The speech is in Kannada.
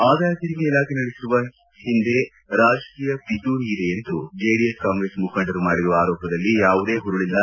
ಆದಾಯ ತೆರಿಗೆ ಇಲಾಖೆ ನಡೆಸಿರುವ ಹಿಂದೆ ರಾಜಕೀಯ ಪಿತೂರಿಯಿದೆ ಎಂದು ಜೆಡಿಎಸ್ ಕಾಂಗ್ರೆಸ್ ಮುಖಂಡರು ಮಾಡಿರುವ ಆರೋಪದಲ್ಲಿ ಯಾವುದೇ ಪುರುಳಿಲ್ಲ